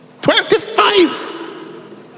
Twenty-five